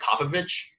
Popovich